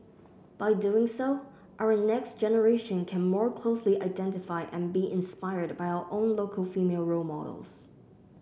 by doing so our next generation can more closely identify and be inspired by our own local female role models